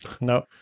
No